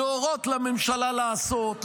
להורות לממשלה לעשות,